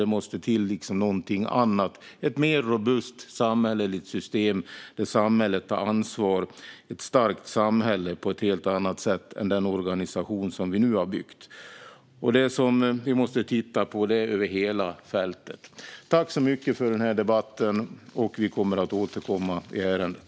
Det måste till någonting annat: ett mer robust system där samhället tar ansvar, ett starkt samhälle på ett helt annat sätt än med den organisation som vi nu har byggt. Vi måste se över hela fältet. Tack så mycket för den här debatten! Vi kommer att återkomma i ärendet.